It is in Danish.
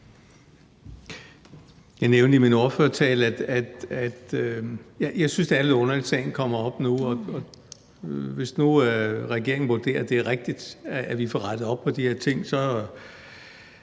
Jeg nævnte i min ordførertale, at jeg synes, det er lidt underligt, at sagen kommer op nu. Hvis nu regeringen vurderer, at det er rigtigt, at vi får rettet op på de her ting, kan